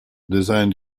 design